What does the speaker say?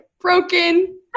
broken